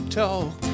talk